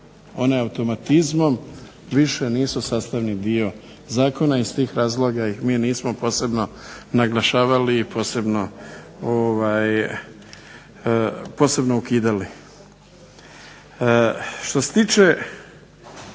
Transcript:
one automatizmom više nisu sastavni dio zakona i iz tih razloga ih mi nismo posebno naglašavali i posebno ukidali. Što se tiče